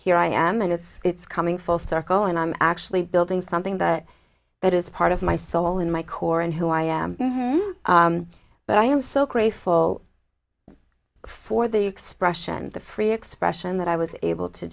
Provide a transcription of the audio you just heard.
here i am and it's it's coming full circle and i'm actually building something that that is part of my soul in my core and who i am but i am so grateful for the expression the free expression that i was able to